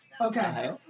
Okay